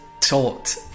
taught